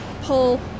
pull